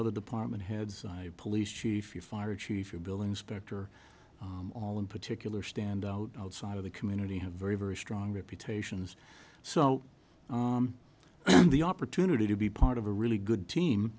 other department heads i police chief your fire chief your building specter all in particular stand outside of the community have very very strong reputations so the opportunity to be part of a really good